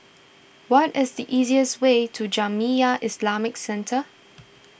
what is the easiest way to Jamiyah Islamic Centre